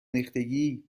ریختگی